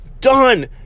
done